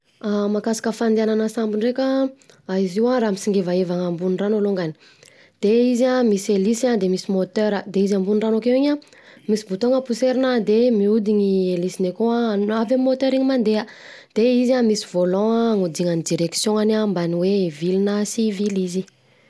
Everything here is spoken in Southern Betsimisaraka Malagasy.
Mahakasika fandehanana sambo ndreka an, izy io an raha misingevahevana ambony rano alongany, de izy an mlisy helisy an de misy môtera de izy ambony rano akeo iny an, misy botogna poserina de mihodina i helisiny akao an, avy amin'ny môtera iny mandeha, de izy an misy volant iodinan'ny direction-any mbany hoe: hivily na sy hivily izy.